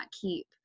keep